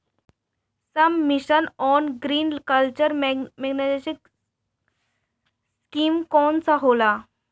सब मिशन आन agriculture mechanisation scheme का होला?